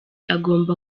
agomba